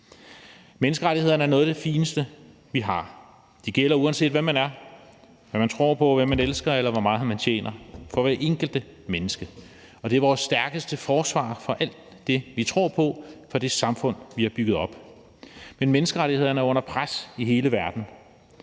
Menneskerettighederne er noget af det fineste, vi har. De gælder, uanset hvem man er, hvad man tror på, hvem man elsker, eller hvor meget man tjener – for hvert enkelt menneske. Og det er vores stærkeste forsvar for alt det, vi tror på, for det samfund, vi har bygget op. Men menneskerettighederne er under pres i hele verden.